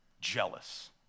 Jealous